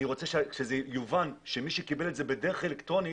אני רוצה שזה יובן שמי שקיבל את זה בדרך אלקטרונית,